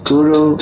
Guru